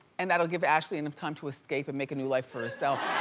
and that'll give ashley enough time to escape and make a new life for herself.